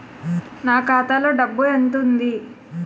నా ఖాతాలో డబ్బు ఎంత ఉంది?